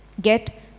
get